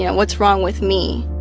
yeah what's wrong with me?